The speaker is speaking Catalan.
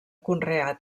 conrear